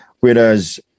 Whereas